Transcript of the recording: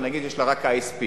אבל נגיד יש לה רק ISP,